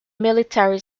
military